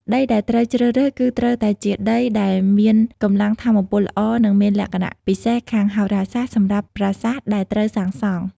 ដីដែលត្រូវជ្រើសរើសគឺត្រូវតែជាដីដែលមានកម្លាំងថាមពលល្អ និងមានលក្ខណៈពិសេសខាងហោរាសាស្ត្រសម្រាប់ប្រាសាទដែលត្រូវសាងសង់។